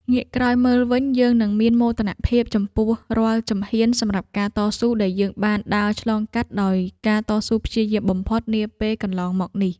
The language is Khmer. ងាកក្រោយមើលវិញយើងនឹងមានមោទនភាពចំពោះរាល់ជំហានសម្រាប់ការតស៊ូដែលយើងបានដើរឆ្លងកាត់ដោយការតស៊ូព្យាយាមបំផុតនាពេលកន្លងមកនេះ។